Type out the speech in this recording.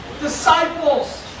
disciples